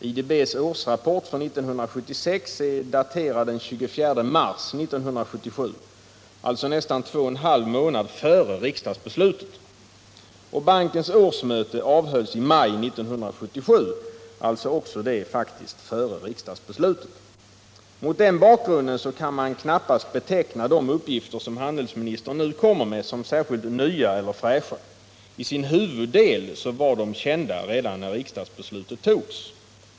IDB:s årsrapport för 1976 är daterad den 24 mars 1977, nästan två och en halv månad före riksdagsbeslutet. Bankens årsmöte avhölls i maj 1977, alltså också det före riksdagsbeslutet. Mot den bakgrunden kan man knappast beteckna de uppgifter som handelsministern nu kommer med som särskilt nya eller fräscha. I sin huvuddel var de kända redan när riksdagsbeslutet fattades.